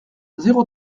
zéro